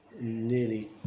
nearly